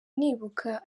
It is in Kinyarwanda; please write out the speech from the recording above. nibuka